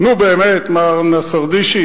נו, באמת, מר נסרדישי,